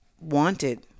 wanted